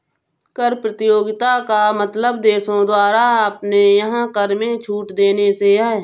कर प्रतियोगिता का मतलब देशों द्वारा अपने यहाँ कर में छूट देने से है